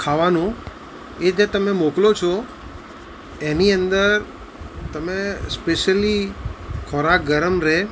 ખાવાનું એ જે તમે મોકલો છો એની અંદર તમે સ્પેશ્યલી ખોરાક ગરમ રહે